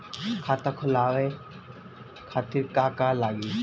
खाता खोलवाए खातिर का का लागी?